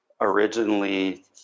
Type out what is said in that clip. originally